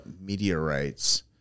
meteorites